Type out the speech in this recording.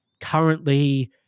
currently